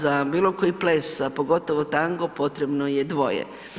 Za bilo koji ples, a pogotovo tango potrebno je dvoje.